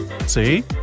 See